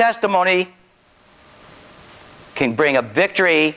testimony can bring a victory